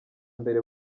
mbere